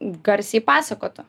garsiai pasakotų